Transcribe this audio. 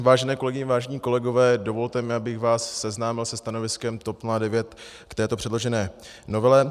Vážené kolegyně, vážení kolegové, dovolte mi, abych vás seznámil se stanoviskem TOP 09 k této předložené novele.